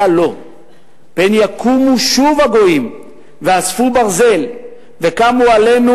אתה לא!/ פן יקומו שוב הגויים ואספו ברזל/ וקמו עלינו